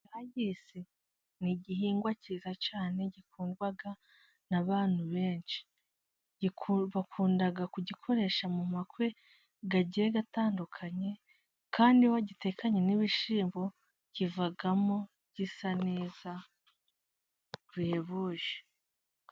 Bwayisi ni igihingwa cyiza cyane gikundwa n'abantu benshi. Bakunda kugikoresha mu bukwe bugiye butandukanye, kandi iyo wagitekanye n'ibishyimbo kivamo gisa neza bihebuje.